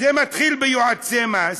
זה מתחיל ביועצי מס,